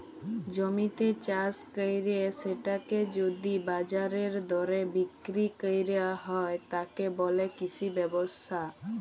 জমিতে চাস কইরে সেটাকে যদি বাজারের দরে বিক্রি কইর হয়, তাকে বলে কৃষি ব্যবসা